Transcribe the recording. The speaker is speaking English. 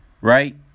right